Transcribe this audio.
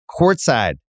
courtside